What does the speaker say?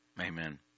Amen